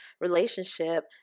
relationship